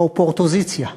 "האופורטוזיציה".